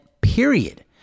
period